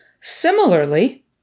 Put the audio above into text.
Similarly